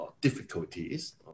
difficulties